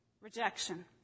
rejection